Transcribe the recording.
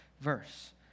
verse